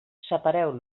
separeu